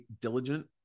diligent